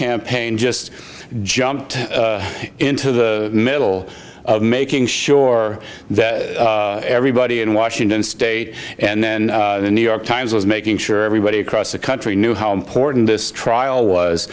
campaign just jumped into the middle of making sure that everybody in washington state and then the new york times was making sure everybody across the country knew how important this trial was